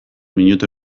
minutu